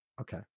Okay